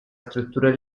strutture